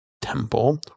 temple